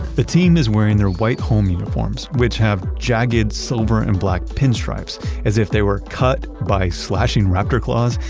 the team is wearing their white home uniforms, which have jagged silver and black pinstripes as if they were cut by slashing raptor claws,